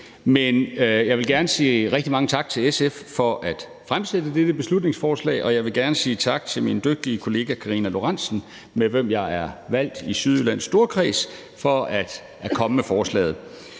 Men jeg vil gerne sige rigtig mange tak til SF for at fremsætte dette beslutningsforslag, og jeg vil gerne sige tak til min dygtige kollega Karina Lorentzen Dehnhardt, med hvem jeg er valgt i Sydjyllands storkreds, for at komme med forslaget.